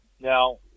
Now